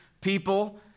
people